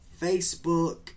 Facebook